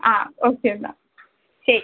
ആ ഓക്കെ എന്നാൽ ശരി